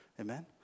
amen